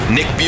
Nick